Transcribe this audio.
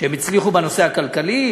שהם הצליחו בנושא הכלכלי,